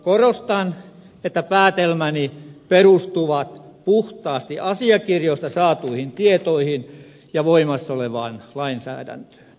korostan että päätelmäni perustuvat puhtaasti asiakirjoista saatuihin tietoihin ja voimassa olevaan lainsäädäntöön